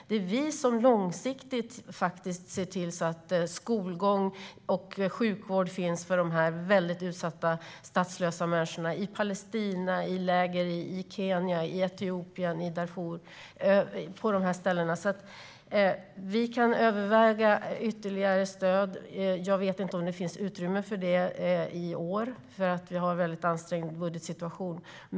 Det är Sverige som långsiktigt ser till så att skolgång och sjukvård finns för de utsatta statslösa människorna i läger i Palestina, Kenya, Etiopien och Darfur. Sverige kan överväga att ge ytterligare stöd. Jag vet inte om det finns utrymme för det i år eftersom budgetsituationen är ansträngd.